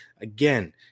Again